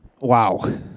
Wow